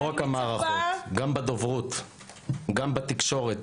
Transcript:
לא רק המערכות, גם בדוברות, גם בתקשורת.